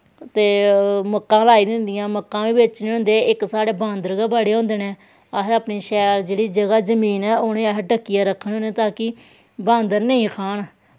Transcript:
ते मक्कां लाई दियां होंदियां मक्कां बी बेचने होंदे इक साढ़े बांदर गै बड़े होंदे न अस अपनी शैल जेह्ड़ी जगह् जमीन ऐ उ'नें गी अस डक्कियै रक्खने होन्ने ताकि बांदर नेईं खान